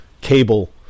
cable